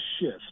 shift